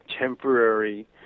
temporary